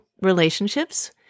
relationships